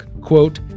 Quote